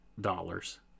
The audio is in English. dollars